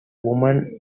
women